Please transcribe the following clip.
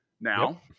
Now